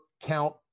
count